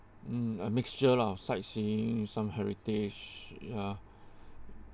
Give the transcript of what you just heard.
mm a mixture lah sightseeing some heritage ya